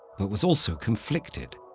but was also conflicted.